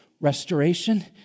Restoration